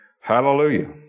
Hallelujah